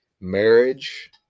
marriage